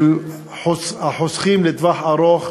של החוסכים לטווח ארוך,